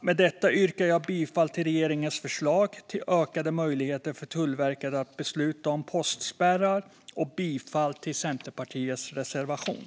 Med detta yrkar jag bifall till regeringens förslag om ökade möjligheter för Tullverket att besluta om postspärrar samt bifall till Centerpartiets reservation.